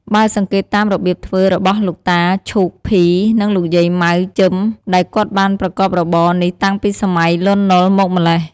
បើសង្កេតតាមរបៀបធ្វើ របស់លោកតា ឈូក ភី និងលោកយាយម៉ៅ ជឹម ដែលគាត់បានប្រកបរបរ នេះតាំងពីសម័យលន់ណល់មកម្លេះ។